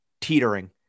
teetering